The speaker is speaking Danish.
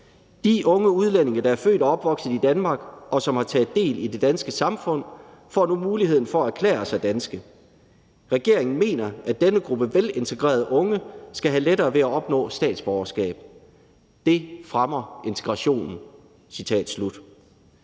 »De unge udlændinge, der er født og opvokset i Danmark, og som har taget del i det danske samfund, får nu mulighed for at erklære sig danske. Regeringen mener, at denne gruppe velintegrerede unge skal have lettere ved at opnå statsborgerskab. Det fremmer integrationen.«